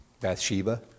Bathsheba